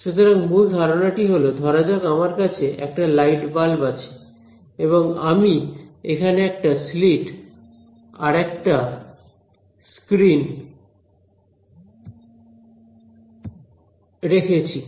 সুতরাং মূল ধারণাটি হলো ধরা যাক আমার কাছে একটা লাইট বাল্ব আছে এবং আমি এখানে একটা স্লিট আর একটা স্ক্রিন রেখেছি